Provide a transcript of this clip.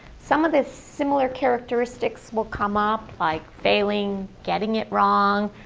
some of these similar characteristics will come up like failing, getting it wrong,